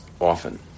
often